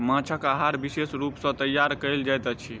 माँछक आहार विशेष रूप सॅ तैयार कयल जाइत अछि